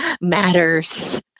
Matters